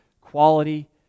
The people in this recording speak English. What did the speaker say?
quality